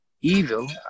evil